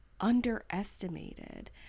underestimated